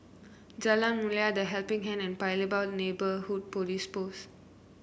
Jalan Mulia The Helping Hand and Paya Lebar Neighbourhood Police Post